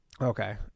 Okay